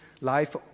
life